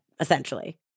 essentially